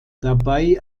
dabei